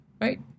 right